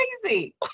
crazy